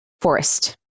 forest